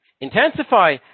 intensify